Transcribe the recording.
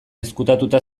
ezkutatuta